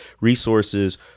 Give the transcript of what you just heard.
resources